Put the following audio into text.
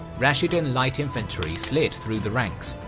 rashidun light infantry slid through the ranks,